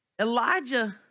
Elijah